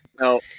No